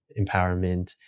empowerment